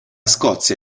scozia